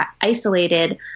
isolated